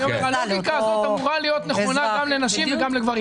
הלוגיקה הזאת אמורה להיות נכונה גם לנשים וגם לגברים.